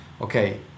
okay